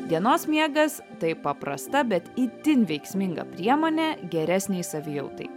dienos miegas tai paprasta bet itin veiksminga priemonė geresnei savijautai